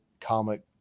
comic